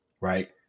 right